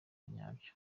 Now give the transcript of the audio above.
nyabyo